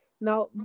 Now